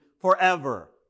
forever